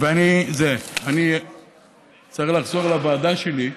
אני צריך לחזור לוועדה שלי.